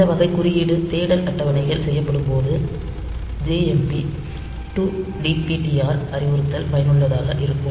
இந்த வகை குறியீடு தேடல் அட்டவணைகள் செயல்படுத்தும்போது JMP 2dptr அறிவுறுத்தல் பயனுள்ளதாக இருக்கும்